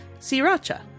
Sriracha